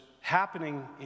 happening